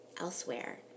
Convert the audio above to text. elsewhere